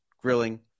grilling